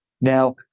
Now